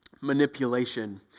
manipulation